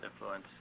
influence